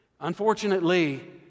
Unfortunately